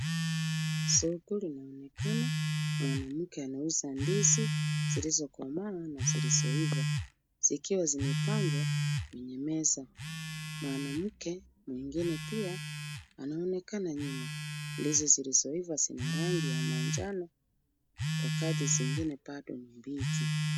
Soko linaonekana mwanamke anauza ndizi, zilizokomaa na zilizoiva zikiwa zimepangwa, kwenye meza. Mwanamke mwingine pia, anaonekana nyuma. Ndizi zilizoiva zina rangi ya manjano, wakati zingine bado ni mbichi.